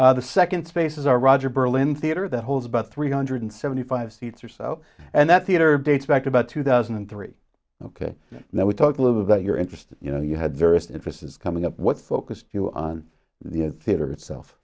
the second space is our roger berlin theater that holds about three hundred seventy five seats or so and that theater dates back to about two thousand and three ok now we talked a little about your interest you know you had various interests is coming up what focused on the theater itself